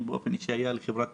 הייתה לי חברת